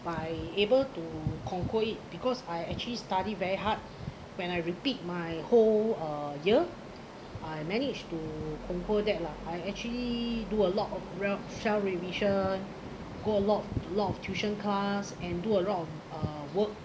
by able to conquer it because I actually study very hard when I repeat my whole uh year I managed to conquer that lah I actually do a lot of r~ self revision go a lot lot of tuition class and do a lot of uh work